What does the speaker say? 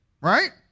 right